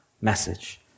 message